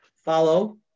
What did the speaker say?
follow